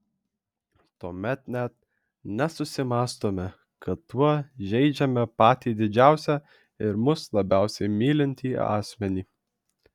tuomet net nesusimąstome kad tuo žeidžiame patį didžiausią ir mus labiausiai mylintį asmenį